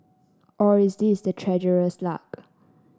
or it is the treasurer's luck